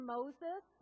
Moses